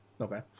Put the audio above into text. Okay